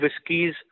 whiskies